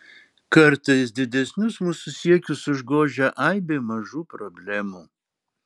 kartais didesnius mūsų siekius užgožia aibė mažų problemų